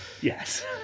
yes